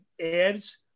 ads